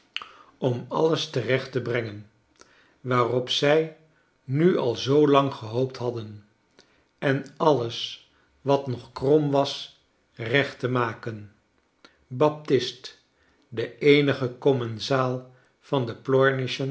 om alles terecht te brengen waarop zij nu al zoo lang gehoopt hadden en alles wat nog krom was recht te maken baptist de eenige commensaal van de